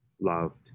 loved